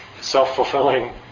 self-fulfilling